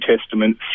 Testament